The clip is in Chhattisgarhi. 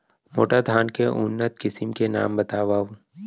मोटा धान के उन्नत किसिम के नाम बतावव?